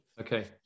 Okay